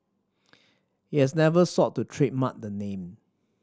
he has never sought to trademark the name